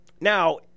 Now